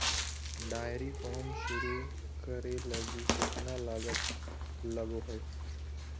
dairy farm शुरू करे लगी केतना लागत लगो हइ